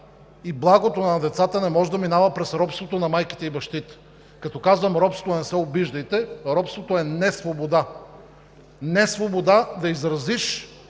и благото на децата не може да минава през робството на майките и бащите. Като казвам „робство“ – не се обиждайте. Робството е несвобода. Несвобода да изразиш